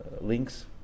links